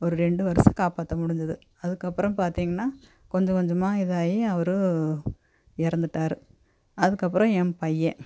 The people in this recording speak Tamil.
ஒரு ரெண்டு வருடம் காப்பாற்ற முடிஞ்சது அதுக்கப்புறம் பார்த்திங்கன்னா கொஞ்ச கொஞ்சமா இதாகி அவர் இறந்துட்டாரு அதுக்கப்புறம் என் பையன்